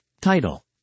Title